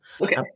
Okay